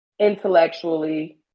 Intellectually